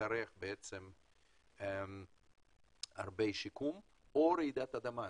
שתצטרך הרבה שיקום או רעידת אדמה.